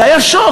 זה היה שוק.